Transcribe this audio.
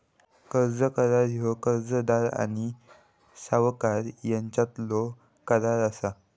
कर्ज करार ह्या कर्जदार आणि सावकार यांच्यातलो करार असा